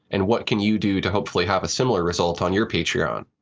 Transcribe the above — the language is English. and what can you do to hopefully have a similar result on your patreon?